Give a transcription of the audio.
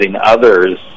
others